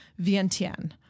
Vientiane